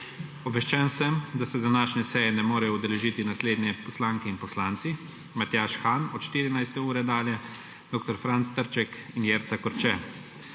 Obveščen sem, da se današnje seje ne morejo udeležiti naslednji poslanke in poslanci: Matjaž Han od 14. ure dalje, dr. Franc Trček in Jerca Korče.